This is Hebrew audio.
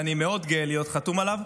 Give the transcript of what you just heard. ואני מאוד גאה להיות חתום עליו.